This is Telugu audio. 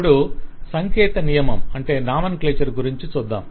ఇప్పుడు సంకేతనియమం గురించి చూద్దాం